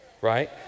right